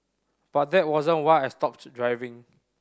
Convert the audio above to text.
but that wasn't why I stopped driving